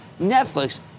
Netflix